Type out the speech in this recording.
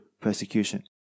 persecution